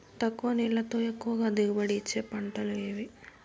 తక్కువ నీళ్లతో ఎక్కువగా దిగుబడి ఇచ్చే పంటలు ఏవి?